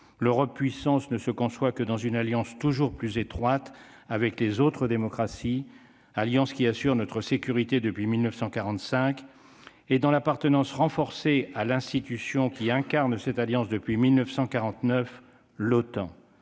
l'Europe puissance ne se conçoit que dans une alliance toujours plus étroite avec les autres démocraties alliance qui assurent notre sécurité depuis 1945 et dans l'appartenance renforcé à l'institution qui incarne cette alliance depuis 1949 l'OTAN